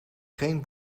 geen